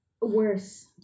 Worse